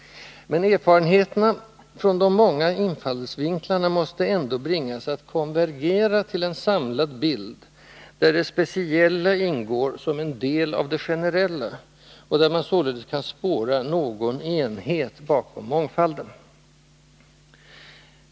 Men erfarenheterna från de många infallsvinklarna måste ändå bringas att konvergera till en samlad bild, där det speciella ingår som en del av det generella, och där man således kan spåra någon enhet bakom mångfalden.